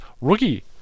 rookie